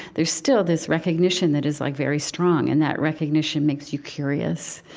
there's still this recognition that is like very strong, and that recognition makes you curious.